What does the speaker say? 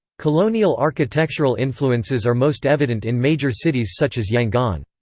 colonial architectural influences are most evident in major cities such as yangon.